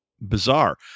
bizarre